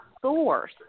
source